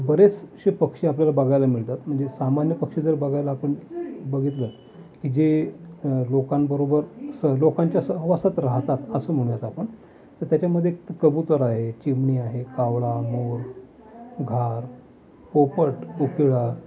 बरेचसे पक्षी आपल्याला बघायला मिळतात म्हणजे सामान्य पक्षी जर बघायला आपण बघितलं की जे लोकांबरोबर सह लोकांच्या सहवासात रहातात असं म्हणूया आपण तर त्याच्यामध्ये कबुतर आहे चिमणी आहे कावळा मोर घार पोपट कोकिळा